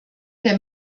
der